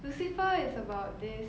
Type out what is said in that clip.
lucifer is about this